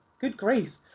good grief!